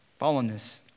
fallenness